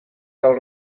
del